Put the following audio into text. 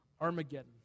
Armageddon